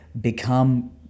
become